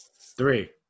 Three